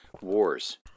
wars